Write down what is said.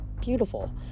beautiful